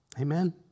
Amen